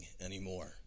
anymore